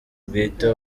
bwite